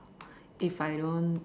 if I don't